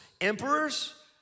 emperors